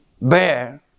bear